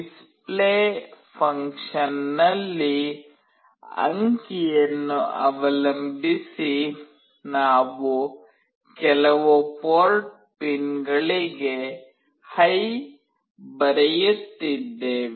display function ನಲ್ಲಿ ಅಂಕಿಯನ್ನು ಅವಲಂಬಿಸಿ ನಾವು ಕೆಲವು ಪೋರ್ಟ್ ಪಿನ್ಗಳಿಗೆ HIGH ಬರೆಯುತ್ತಿದ್ದೇವೆ